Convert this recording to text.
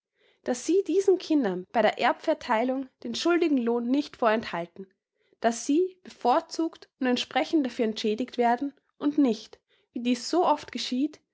daß sie diesen kindern bei der erbvertheilung den schuldigen lohn nicht vorenthalten daß sie bevorzugt und entsprechend dafür entschädigt werden und nicht wie dies so oft geschieht